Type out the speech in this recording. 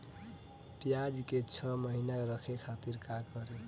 प्याज के छह महीना रखे खातिर का करी?